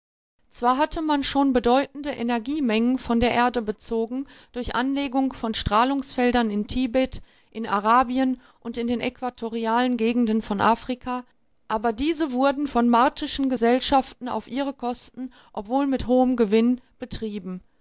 zwar hatte man schon bedeutende energiemengen von der erde bezogen durch anlegung von strahlungsfeldern in tibet in arabien und in den äquatorialen gegenden von afrika aber diese wurden von martischen gesellschaften auf ihre kosten obwohl mit hohem gewinn betrieben